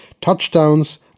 touchdowns